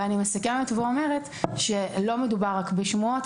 אני מסכמת ואומרת שלא מדובר רק בשמועות.